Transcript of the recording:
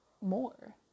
more